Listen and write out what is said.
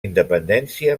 independència